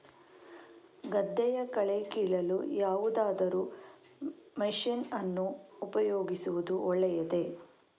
ಗದ್ದೆಯ ಕಳೆ ಕೀಳಲು ಯಾವುದಾದರೂ ಮಷೀನ್ ಅನ್ನು ಉಪಯೋಗಿಸುವುದು ಒಳ್ಳೆಯದೇ?